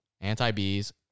Anti-bees